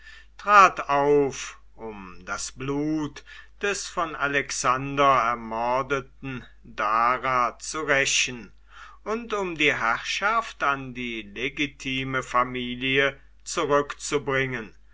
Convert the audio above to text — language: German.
trat auf um das blut des von alexander ermordeten dara zu rächen und um die herrschaft an die legitime familie zurückzubringen